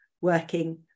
working